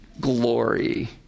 glory